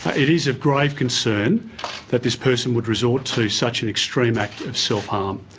it is of grave concern that this person would resort to such an extreme act of self-harm.